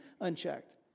unchecked